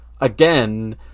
again